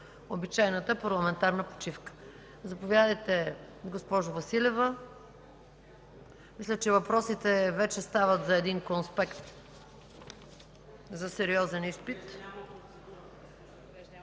обичайната парламентарна почивка. Заповядайте, госпожо Василева. Мисля, че въпросите вече стават за един конспект за сериозен изпит.